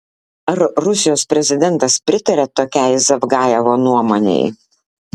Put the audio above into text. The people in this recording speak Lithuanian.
ar rusijos prezidentas pritaria tokiai zavgajevo nuomonei